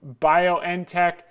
BioNTech